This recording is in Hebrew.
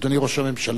אדוני ראש הממשלה.